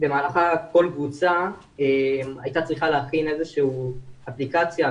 במהלכה כל קבוצה הייתה צריכה להכין איזושהי אפליקציה,